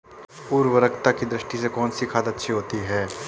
उर्वरकता की दृष्टि से कौनसी खाद अच्छी होती है?